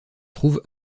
trouve